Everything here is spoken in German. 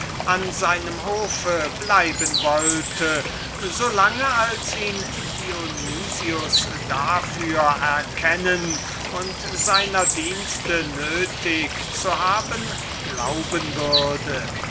an seinem hofe bleiben wollte so lange als ihn dionys dafür erkennen und seiner dienste nötig zu haben glauben würde